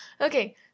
Okay